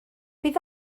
bydd